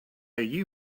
you